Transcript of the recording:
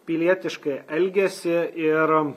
pilietiškai elgiasi ir